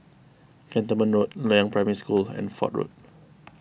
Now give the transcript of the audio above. Cantonment Road Loyang Primary School and Fort Road